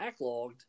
backlogged